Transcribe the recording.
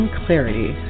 clarity